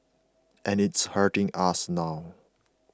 and it's hurting us now